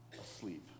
asleep